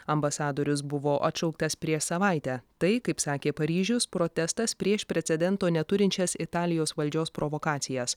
ambasadorius buvo atšauktas prieš savaitę tai kaip sakė paryžiaus protestas prieš precedento neturinčias italijos valdžios provokacijas